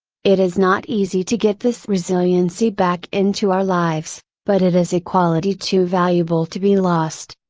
it is not easy to get this resiliency back into our lives, but it is a quality too valuable to be lost.